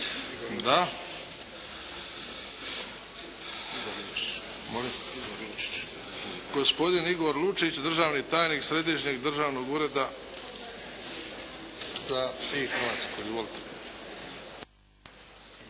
Da. Gospodin Igor Lučić državni tajnik Središnjeg državnog ureda za e-Hrvatsku. Izvolite.